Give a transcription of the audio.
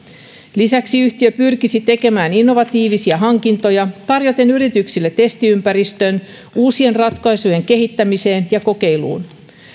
lisäksi yhtiö pyrkisi tekemään innovatiivisia hankintoja tarjoten yrityksille testiympäristön uusien ratkaisujen kehittämiseen ja kokeiluun